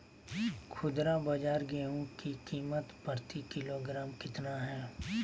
खुदरा बाजार गेंहू की कीमत प्रति किलोग्राम कितना है?